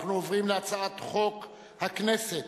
התשע"א 2011,